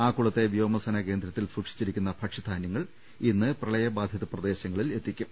ആക്കുളത്തെ വ്യോമ സേനാ കേന്ദ്രത്തിൽ സൂക്ഷിച്ചിരിക്കുന്ന ഭക്ഷ്യധാന്യങ്ങൾ ഇന്ന് പ്രളയബാധിത പ്രദേശങ്ങളിൽ എത്തിക്കും